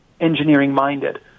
engineering-minded